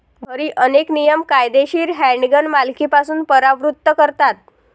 घरी, अनेक नियम कायदेशीर हँडगन मालकीपासून परावृत्त करतात